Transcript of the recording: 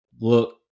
look